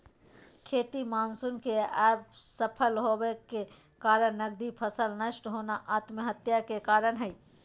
खेती मानसून के असफल होबय के कारण नगदी फसल नष्ट होना आत्महत्या के कारण हई